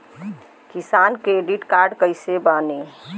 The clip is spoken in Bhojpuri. किसान क्रेडिट कार्ड कइसे बानी?